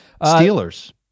Steelers